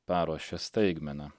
paruošė staigmeną